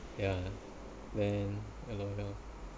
yeah the ya lor ya lor